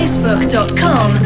Facebook.com